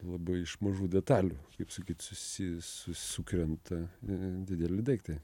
labai iš mažų detalių kaip sakyt susi su sukrenta dideli daiktai